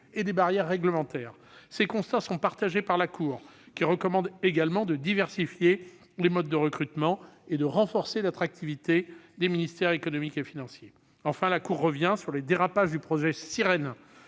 et des barrières réglementaires. Ces constats sont partagés par la Cour qui recommande également de diversifier les modes de recrutement et de renforcer l'attractivité des ministères économiques et financiers. Enfin, la Cour revient sur les dérapages du projet Sirhen,